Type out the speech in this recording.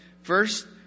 First